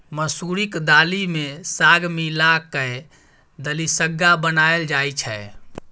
मसुरीक दालि मे साग मिला कय दलिसग्गा बनाएल जाइ छै